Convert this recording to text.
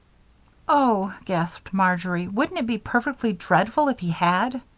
oh! gasped marjory. wouldn't it be perfectly dreadful if he had!